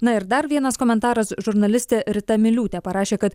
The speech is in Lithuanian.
na ir dar vienas komentaras žurnalistė rita miliūtė parašė kad